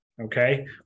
okay